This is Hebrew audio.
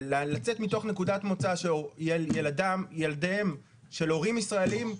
של לצאת מתוך נקודת מוצא שילדיהם של הורים ישראלים,